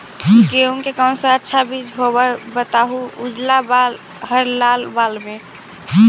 गेहूं के कौन सा अच्छा बीज होव है बताहू, उजला बाल हरलाल बाल में?